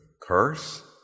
curse